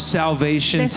salvation